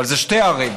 אבל הן שתי ערים.